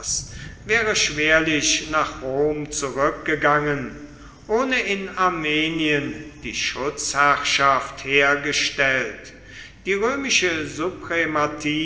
wäre schwerlich nach rom zurückgegangen ohne in armenien die schutzherrschaft hergestellt die römische